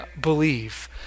believe